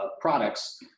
products